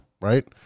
right